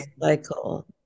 cycle